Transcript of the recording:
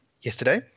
yesterday